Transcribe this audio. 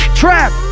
trap